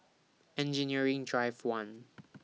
Engineering Drive one